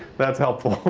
that's helpful.